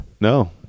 No